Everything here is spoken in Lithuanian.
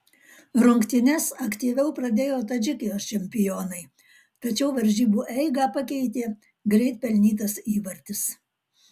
rungtynes aktyviau pradėjo tadžikijos čempionai tačiau varžybų eigą pakeitė greit pelnytas įvartis